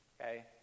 Okay